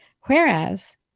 Whereas